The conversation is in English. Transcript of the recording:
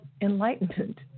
enlightenment